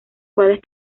cuales